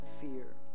fear